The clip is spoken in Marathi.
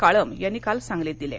काळम यांनी काल सांगलीत दिले